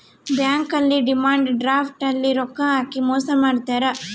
bank ಅಲ್ಲಿ demand draft ಅಲ್ಲಿ ರೊಕ್ಕ ಹಾಕಿ ಮೋಸ ಮಾಡ್ತಾರ